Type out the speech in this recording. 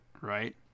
Right